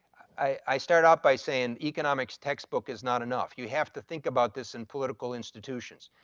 i started off by saying economic textbook is not enough. you have to think about this in political institutions.